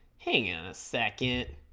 hang in a second